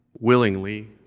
willingly